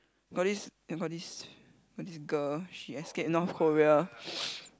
got this and got this got this girl she escape North Korea